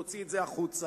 נוציא את זה החוצה,